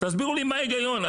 תסבירו לי מה ההיגיון?